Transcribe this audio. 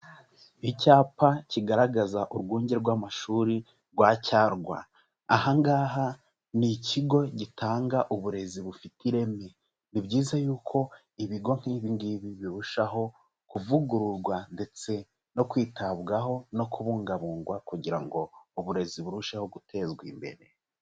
Icyapa kigaragaza urwunge rw'amashuri rwa Cyarwa. Aha ngaha ni ikigo gitanga uburezi bufite ireme. Ni byiza yuko ibigo nk'ibi ngibi birushaho kuvugururwa ndetse no kwitabwaho no kubungabungwa kugira ngo uburezi burusheho gutezwa imbere.